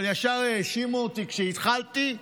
אבל ישר האשימו אותי כשהתחלתי: